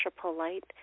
polite